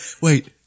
Wait